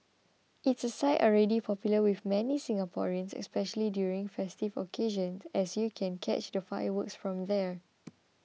it's a site already popular with many Singaporeans especially during festive occasions as you can catch the fireworks from there